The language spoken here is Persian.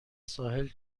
ساحل